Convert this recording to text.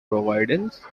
providence